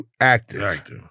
active